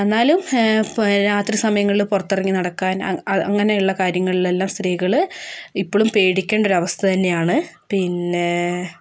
എന്നാലും ഇപ്പോൾ രാത്രി സമയങ്ങളിൽ പുറത്തിറങ്ങി നടക്കാൻ അങ്ങനെയുള്ള കാര്യങ്ങളിലെല്ലാം സ്ത്രീകൾ ഇപ്പോഴും പേടിക്കേണ്ട ഒരവസ്ഥ തന്നെയാണ് പിന്നേ